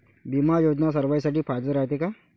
बिमा योजना सर्वाईसाठी फायद्याचं रायते का?